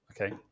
okay